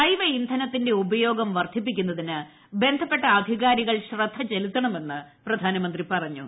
ജൈവ ഇന്ധനത്തിന്റെ ഉപയോഗം വർധിപ്പിക്കുന്നതിന് ബന്ധപ്പെട്ട അധികാരികൾ ശ്രദ്ധചെലുത്തണമെന്ന് പ്രധാനമന്ത്രി പറഞ്ഞു